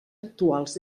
actuals